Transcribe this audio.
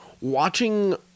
Watching